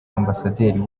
ambasaderi